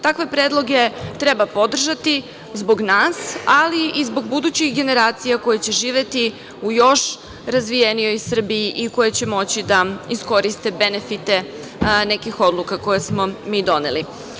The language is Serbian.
Takve predloge treba podržati zbog nas, ali i zbog budućih generacija koje će živeti u još razvijenijoj Srbiji i koje će moći da iskoriste benefite nekih odluka koje smo mi doneli.